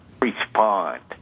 respond